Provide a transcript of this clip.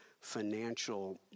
financial